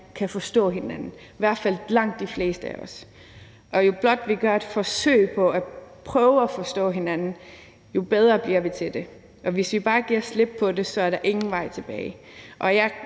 kan forstå hinanden – i hvert fald langt de fleste af os. Og jo mere vi blot gør et forsøg på at prøve at forstå hinanden, jo bedre bliver vi til det. Hvis vi bare giver slip på det, er der ingen vej tilbage.